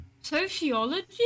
Sociology